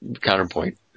counterpoint